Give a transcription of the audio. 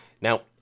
Now